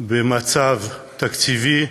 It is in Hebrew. במצב תקציבי,